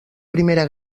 primera